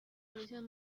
evolución